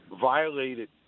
violated